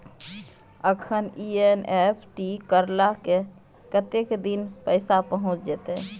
अखन एन.ई.एफ.टी करला से कतेक दिन में पैसा पहुँच जेतै?